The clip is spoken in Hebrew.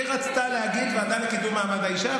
היא רצתה להגיד הוועדה לקידום מעמד האישה,